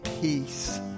peace